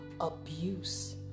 abuse